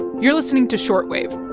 you're listening to short wave.